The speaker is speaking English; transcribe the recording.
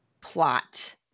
plot